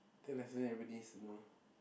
ten lessons everybody needs to know